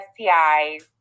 STIs